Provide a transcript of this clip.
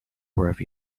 wherever